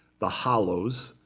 the hollows,